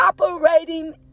operating